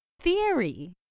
theory